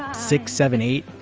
ah six, seven, eight